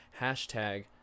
hashtag